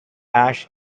ash